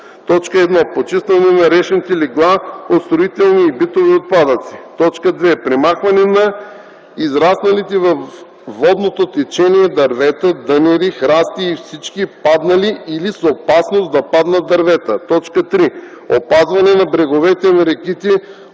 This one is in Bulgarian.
1. почистване на речните легла от строителни и битови отпадъци; 2. премахване на израсналите във водното течение дървета, дънери, храсти и всички паднали или с опасност да паднат дървета; 3. опазване на бреговете на реките